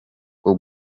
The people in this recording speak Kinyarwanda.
bwo